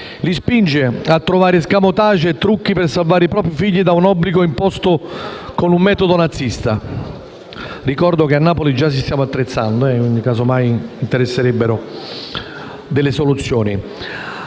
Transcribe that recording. la spinge a trovare *escamotage* e trucchi per salvare i propri figli da un obbligo imposto con un metodo nazista. Ricordo che a Napoli già ci stiamo attrezzando, casomai interessassero delle soluzioni.